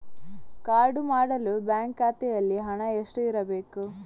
Card ಮಾಡಲು bank ಖಾತೆಯಲ್ಲಿ ಹಣ ಎಷ್ಟು ಇರಬೇಕು?